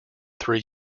three